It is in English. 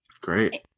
great